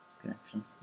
connection